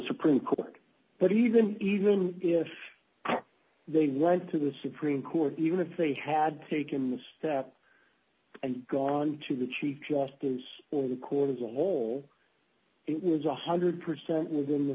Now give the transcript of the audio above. supreme court but even even if they d went to the supreme court even if they had taken the step and gone to the chief justice on the court as a whole it was one hundred percent within the